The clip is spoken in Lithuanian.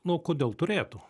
nu kodėl turėtų